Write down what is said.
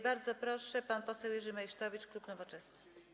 Bardzo proszę, pan poseł Jerzy Meysztowicz, klub Nowoczesna.